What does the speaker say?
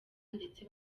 ndetse